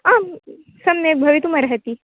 आं सम्यक् भवितुमर्हति